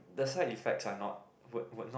the side effects and not would would not